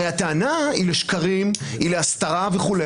הרי הטענה היא לשקרים, היא להסתרה וכו'.